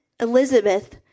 Elizabeth